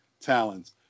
talents